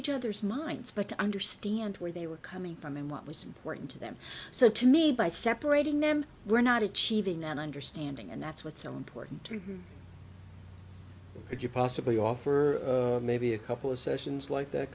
each other's minds but to understand where they were coming from and what was important to them so to me by separating them we're not achieving that understanding and that's what's so important we could you possibly offer maybe a couple of sessions like that